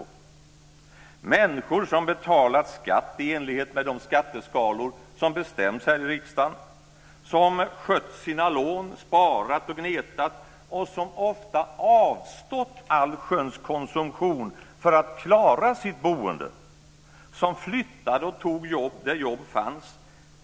Det handlar om människor som betalat skatt i enlighet med de skatteskalor som bestämts här i riksdagen och som skött sina lån, sparat och gnetat och som ofta avstått från allsköns konsumtion för att klara av sitt boende, som flyttade och tog jobb där jobb fanns.